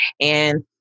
And-